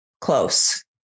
close